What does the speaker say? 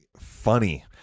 funny